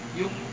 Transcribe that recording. yung